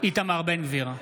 איתמר בן גביר,